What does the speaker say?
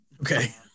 Okay